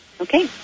Okay